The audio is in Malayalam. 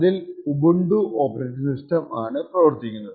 അതിൽ ഉബുണ്ടു ഓപ്പറേറ്റിംഗ് സിസ്റ്റം ആണ് പ്രവർത്തിക്കുന്നത്